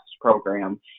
program